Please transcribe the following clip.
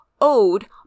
Ode